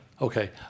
Okay